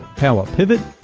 power pivot,